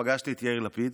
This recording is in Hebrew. פגשתי את יאיר לפיד,